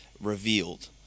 revealed